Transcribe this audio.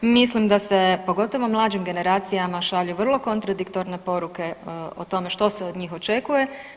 Mislim da se pogotovo mlađim generacijama šalju vrlo kontradiktorne poruke o tome što se od njih očekuje.